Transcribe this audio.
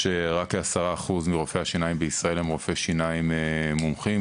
רק כ-10% מרופאי השיניים בישראל הם רופאי שיניים מומחים,